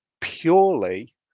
purely